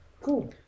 Cool